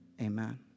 Amen